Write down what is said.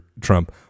Trump